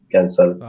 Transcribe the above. Cancel